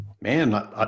man